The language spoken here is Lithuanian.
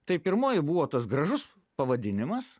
tai pirmoji buvo tas gražus pavadinimas